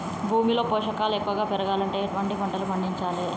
భూమిలో పోషకాలు ఎక్కువగా పెరగాలంటే ఎటువంటి పంటలు పండించాలే?